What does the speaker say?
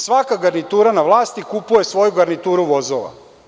Svaka garnitura na vlasti kupuje svoju garnituru vozila.